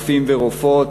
רופאים ורופאות,